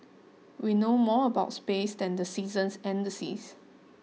we know more about space than the seasons and the seas